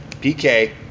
PK